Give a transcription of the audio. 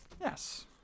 Yes